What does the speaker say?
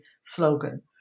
slogan